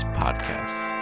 podcasts